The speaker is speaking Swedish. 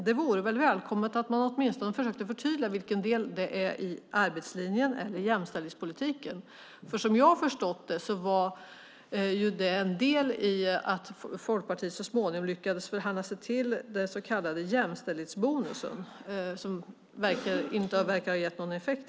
Det vore välkommet att man åtminstone försökte förtydliga vilken del det är i arbetslinjen eller i jämställdhetspolitiken. Som jag förstått det var det en del i att Folkpartiet så småningom lyckades förhandla sig till den så kallade jämställdhetsbonusen, som inte verkar ha gett någon effekt.